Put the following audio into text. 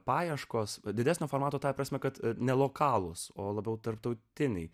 paieškos didesnio formato ta prasme kad ne lokalūs o labiau tarptautiniai